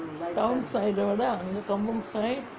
town side விட அங்கே:vida anggae kampung side